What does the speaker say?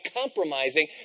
compromising